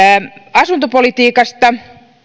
asuntopolitiikasta